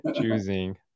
choosing